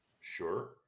Sure